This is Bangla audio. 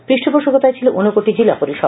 পৃষ্ঠপোষকতায় ছিল ঊনোকোটি জিলা পরিষদ